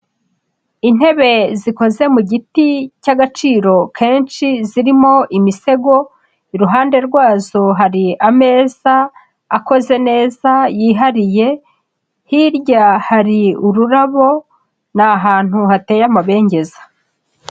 Intebe zikoze mu giti cy'agaciro kenshi zirimo imisego, iruhande rwazo hari ameza akoze neza yihariye, hirya hari ururabo ni ahantu hateye amabengeza.